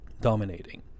dominating